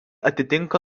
atitinka